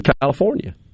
California